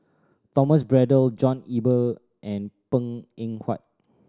Thomas Braddell John Eber and Png Eng Huat